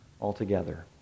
altogether